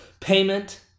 payment